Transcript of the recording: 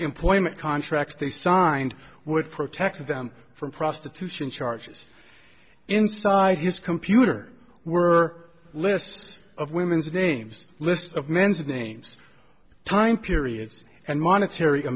employment contracts they signed would protect them from prostitution charges inside his computer were lists of women's names lists of men's names time periods and monetary a